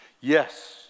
Yes